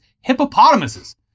hippopotamuses